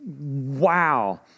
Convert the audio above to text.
wow